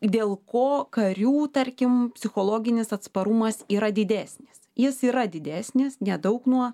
dėl ko karių tarkim psichologinis atsparumas yra didesnis jis yra didesnis nedaug nuo